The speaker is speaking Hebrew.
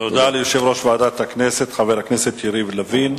תודה ליושב-ראש ועדת הכנסת, חבר הכנסת יריב לוין.